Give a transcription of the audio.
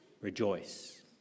rejoice